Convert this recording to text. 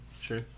Sure